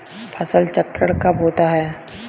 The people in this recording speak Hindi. फसल चक्रण कब होता है?